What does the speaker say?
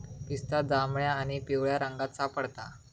पिस्ता जांभळ्या आणि पिवळ्या रंगात सापडता